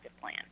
plan